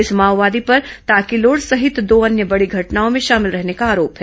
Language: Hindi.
इस माओवादी पर ताकिलोड़ सहित दो अन्य बड़ी घटनाओं में शामिल रहने का आरोप है